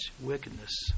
wickedness